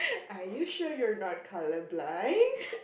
are you sure you are not color blind